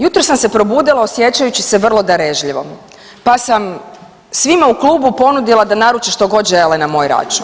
Jutros sam se probudila osjećajući se vrlo darežljivom, pa sam svima u klubu ponudila da naruče što god žele na moj račun.